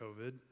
COVID